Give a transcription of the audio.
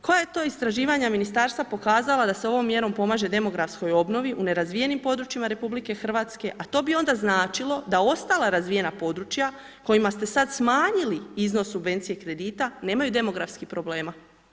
Koja to istraživanja Ministarstva pokazala da se ovom mjerom pomaže demografskoj obnovi u nerazvijenim područjima RH, a to bi onda značilo da ostala razvijena područja kojima ste sad smanjili iznos subvencije kredita nemaju demografskih problema.